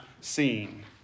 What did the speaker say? seen